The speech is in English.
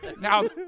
Now